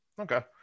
Okay